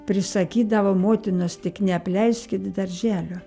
prisakydavo motinos tik neapleiskit darželio